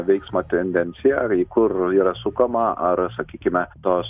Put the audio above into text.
veiksmą tendenciją ar į kur yra sukama ar sakykime tos